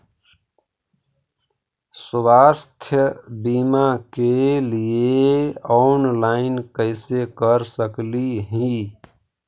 स्वास्थ्य बीमा के लिए ऑनलाइन कैसे कर सकली ही?